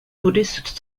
buddhist